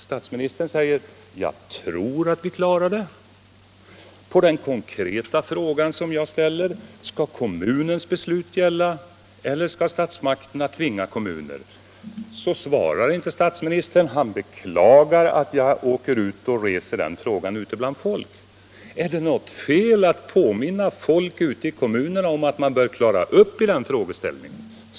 Statsministern säger: ”Jag tror att vi klarar det.” På den konkreta fråga som jag ställer — ”skall kommunens beslut gälla eller skall statsmakterna tvinga kommunerna?” — svarar inte statsministern. Han beklagar att jag reser omkring och ställer den frågan ute bland folk. Är det något fel att påminna folk i kommunerna om att vi måste klara den frågeställningen?